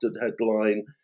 headline